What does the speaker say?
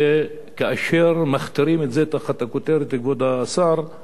כאשר מכתירים את זה תחת הכותרת "כבוד המשפחה".